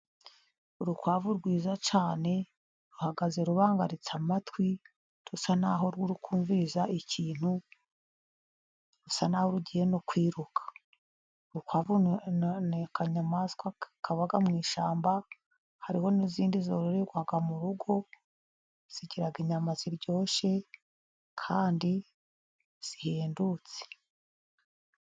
Urukwavu rwiza cyane ruhagaze rubangaritse amatwi rusa naho ruri kumviriza ikintu rusa naho rugiye no kwiruka. Urukwavu ni akanyamaswa kabaga mu ishyamba, hariho n'izindi zororerwa mu rugo. Zigira inyama ziryoshye kandi zihendutse.